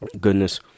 goodness